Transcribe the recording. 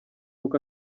uku